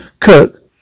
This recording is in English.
Kirk